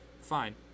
Fine